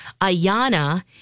Ayana